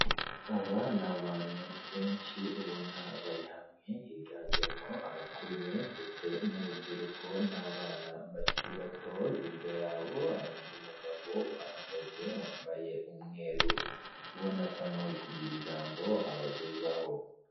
Aba ni abantu benshi ubona bari hamwe, higanjemo abakuze ndetse n'urubyiruko n'abana bakiri bato, hirya yabo hari undi mugabo uhahagaze wambaye umweru, ubona asa nk'uri kugira ijambo abagezaho.